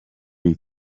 iyi